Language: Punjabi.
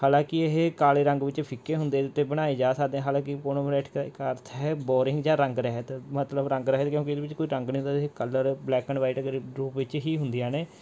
ਹਾਲਾਂਕਿ ਇਹ ਕਾਲੇ ਰੰਗ ਵਿੱਚ ਫਿੱਕੇ ਹੁੰਦੇ ਅਤੇ ਬਣਾਏ ਜਾ ਸਕਦੇ ਹਾਲਾਂਕਿ ਦਾ ਇੱਕ ਅਰਥ ਹੈ ਬੋਰਿੰਗ ਜਾਂ ਰੰਗ ਰਹਿਤ ਮਤਲਬ ਰੰਗ ਰਹਿਤ ਕਿਉਂਕਿ ਇਹਦੇ ਵਿੱਚ ਕੋਈ ਰੰਗ ਨਹੀਂ ਹੁੰਦਾ ਅਤੇ ਇਹ ਕਲਰ ਬਲੈਕ ਐਂਡ ਵਾਈਟ ਅਗਰ ਰੂਪ ਵਿੱਚ ਹੀ ਹੁੰਦੀਆਂ ਨੇ